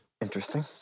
Interesting